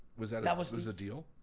was that that was was the deal?